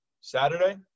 Saturday